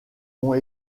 ont